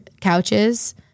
couches